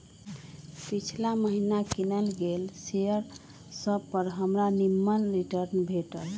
पिछिला महिन्ना किनल गेल शेयर सभपर हमरा निम्मन रिटर्न भेटल